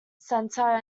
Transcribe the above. center